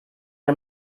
man